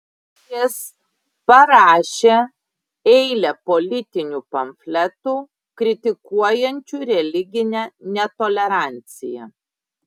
jis parašė eilę politinių pamfletų kritikuojančių religinę netoleranciją